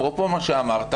אפרופו מה שאמרת,